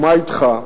ומה אתך?